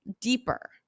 deeper